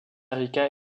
rica